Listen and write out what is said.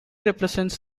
represents